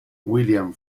william